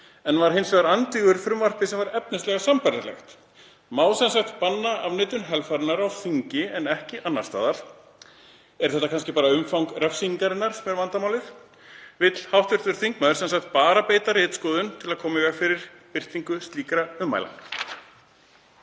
en var hins vegar andvígur frumvarpi sem var efnislega sambærilegt. Má sem sagt banna afneitun helfararinnar á þingi en ekki annars staðar? Er það kannski bara umfang refsingarinnar sem er vandamálið? Vill hv. þingmaður sem sagt bara beita ritskoðun til að koma í veg fyrir birtingu slíkra ummæla?